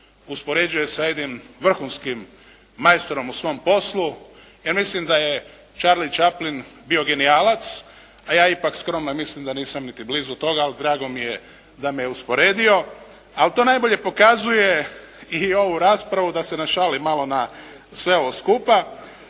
uspoređuje sa jednim vrhunskim majstorom u svom poslu. Ja mislim da je Charlie Chaplin bio genijalac, a ja ipak skromno mislim da nisam niti blizu toga, ali drago mi je da me usporedio. Al' to najbolje pokazuje i ovu raspravu da se našali malo na sve ovo skupa.